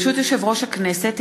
ברשות יושב-ראש הכנסת,